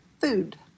Food